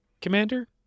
commander